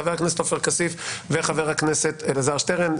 חבר הכנסת עופר כסיף וחבר הכנסת אלעזר שטרן.